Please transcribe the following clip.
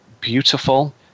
beautiful